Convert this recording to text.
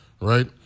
right